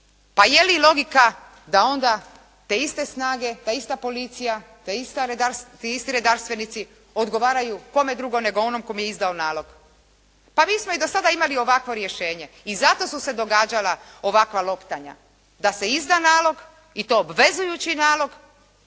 pa je li logika da onda te iste snage, ta ista policija, ti isti redarstvenici odgovaraju, kome drugome nego onom kome je izdao nalog? Pa mi smo i do sada imali ovakvo rješenje i zato su se događala ovakva loptanja da se izda nalog i to obvezujući nalog,